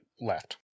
left